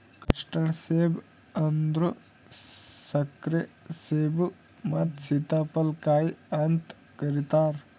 custard ಸೇಬ ಅಂದುರ್ ಸಕ್ಕರೆ ಸೇಬು ಮತ್ತ ಸೀತಾಫಲ ಕಾಯಿ ಅಂತ್ ಕರಿತಾರ್